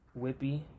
Whippy